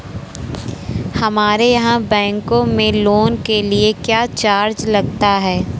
हमारे यहाँ बैंकों में लोन के लिए क्या चार्ज लगता है?